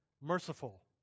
merciful